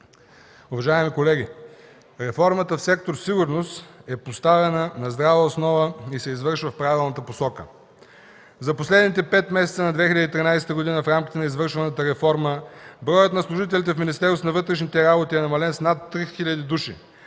Уважаеми колеги, реформата в сектор „Сигурност” е поставена на здрава основа и се извършва в правилната посока. За последните пет месеца на 2013 г. в рамките на извършената реформа, броят на служителите в Министерството на вътрешните работи е намален с над 3 хил. души.